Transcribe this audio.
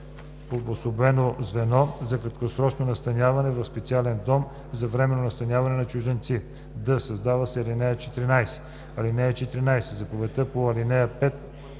обособено звено за краткосрочно настаняване в специален дом за временно настаняване на чужденци.“; д) създава се ал. 14: „(14) Заповедта по ал. 5,